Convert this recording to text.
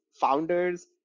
founders